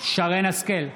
מרים השכל,